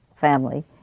family